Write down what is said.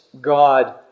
God